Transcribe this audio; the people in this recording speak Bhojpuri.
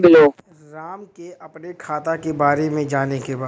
राम के अपने खाता के बारे मे जाने के बा?